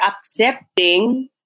accepting